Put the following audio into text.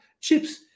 chips